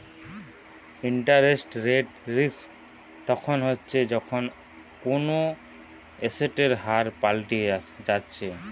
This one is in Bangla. ইন্টারেস্ট রেট রিস্ক তখন হচ্ছে যখন কুনো এসেটের হার পাল্টি যাচ্ছে